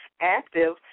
active